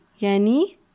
yani